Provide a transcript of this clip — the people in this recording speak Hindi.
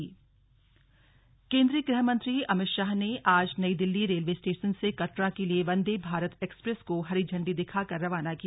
वंदे भारत एक्सप्रेस केंद्रीय गृह मंत्री अमित शाह ने आज नई दिल्ली रेलवे स्टेशन से कटरा के लिए वंदे भारत एक्सप्रेस को हरी इंडी दिखाकर रवाना किया